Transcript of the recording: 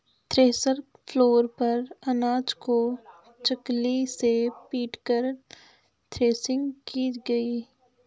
thresher floor पर अनाज को चकली से पीटकर थ्रेसिंग की गई